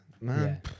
man